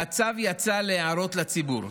והצו יצא להערות לציבור.